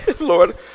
Lord